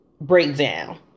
breakdown